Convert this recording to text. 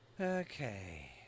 Okay